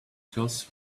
clothes